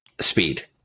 Speed